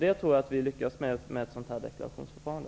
Det tror jag att vi lyckas med genom detta deklarationsförfarande.